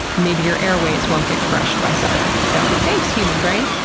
maybe your airways won't get crushed by someone. so thanks, human brain!